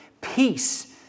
peace